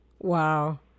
wow